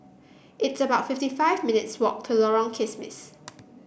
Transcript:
it's about fifty five minutes' walk to Lorong Kismis